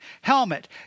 Helmet